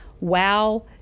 Wow